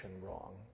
wrong